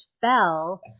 fell